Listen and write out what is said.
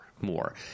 more